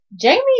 Jamie